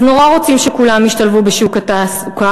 אז נורא רוצים שכולם ישתלבו בשוק התעסוקה,